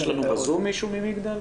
יש לנו בזום מישהו ממגדל?